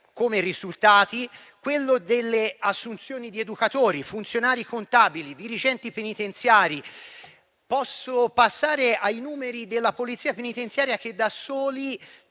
il risultato, dell'assunzione di educatori, funzionari contabili e dirigenti penitenziari. Posso passare ai numeri della Polizia penitenziaria, che da soli